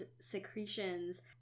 secretions